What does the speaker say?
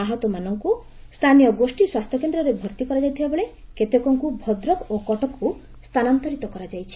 ଆହତମାନଙ୍କୁ ସ୍ଥାନୀୟ ଗୋଷୀ ସ୍ୱାସ୍ଥ୍ୟକେନ୍ଦ୍ରରେ ଭର୍ତ୍ତି କରାଯାଇଥିବା ବେଳେ କେତେକଙ୍କୁ ଭଦ୍ରକ ଓ କଟକକୁ ସ୍ଥାନାନ୍ତରିତ କରାଯାଇଛି